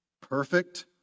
perfect